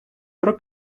про